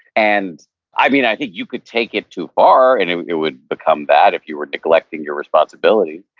and i mean, i think you could take it too far, and it it would become that if you were neglecting your responsibilities,